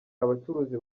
abacuruzi